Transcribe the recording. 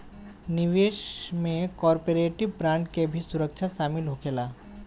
निवेश में corporate bond के भी सुरक्षा शामिल होखेला